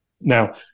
Now